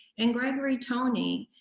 and gregory tony,